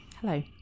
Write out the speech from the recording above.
Hello